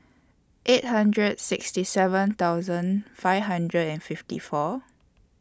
eight hundred sixty seven thousand five hundred and fifty four